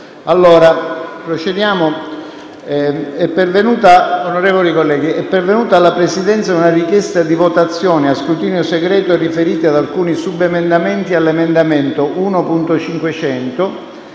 Onorevoli colleghi, è pervenuta alla Presidenza una richiesta di votazione a scrutinio segreto riferita ad alcuni subemendamenti all'emendamento 1.500,